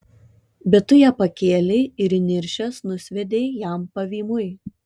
bet tu ją pakėlei ir įniršęs nusviedei jam pavymui